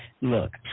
look